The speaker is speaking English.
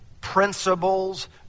principles